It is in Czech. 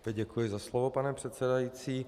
Opět děkuji za slovo, pane předsedající.